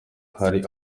hari